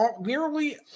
Nearly